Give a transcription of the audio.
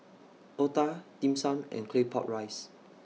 Otah Dim Sum and Claypot Rice